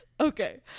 Okay